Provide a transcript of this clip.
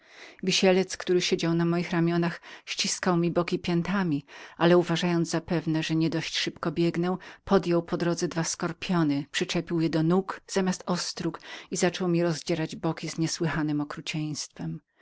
wisielec który siedział na mnie ściskał mi boki piętami ale znajdując zapewnie że nie dość szybko biegłem podjął po drodze dwa skorpiony przyczepił je do nóg zamiast ostróg i zaczął mi rozdzierać boki z niesłychanem okrucieństwem